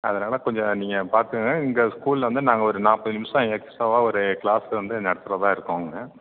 அதனால் கொஞ்சம் நீங்கள் பார்த்துக்கங்க இங்கே ஸ்கூலில் வந்து நாங்கள் ஒரு நாற்பது நிமிஷம் எக்ஸ்ட்ராவாக ஒரு கிளாஸ் வந்து நடத்துகிறதா இருக்கோம்ங்க